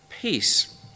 Peace